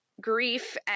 grief